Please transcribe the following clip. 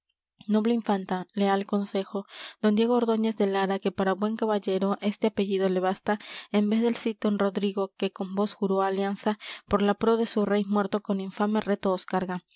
noble infanta leal concejo don diego ordóñez de lara que para buen caballero este apellido le basta en vez del cid don rodrigo que con vos juró alianza por la pro de su rey muerto con infame reto os carga